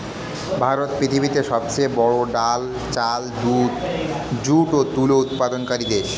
ভারত পৃথিবীতে সবচেয়ে বড়ো ডাল, চাল, দুধ, যুট ও তুলো উৎপাদনকারী দেশ